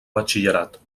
batxillerat